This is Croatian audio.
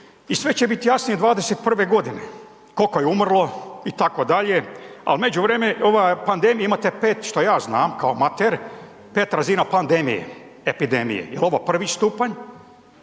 i sve će biti jasnije '21. g. koliko je umrlo, itd., a u međuvremenu ova pandemije imate 5, što ja znam kao amater, 5 razina pandemije, epidemije. Je li ovo prvi stupanj?